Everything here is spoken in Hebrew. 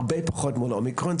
הרבה פחות מול אומיקרון.